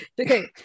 Okay